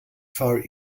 far